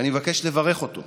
ואני מבקש לברך אותו,